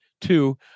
Two